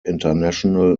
international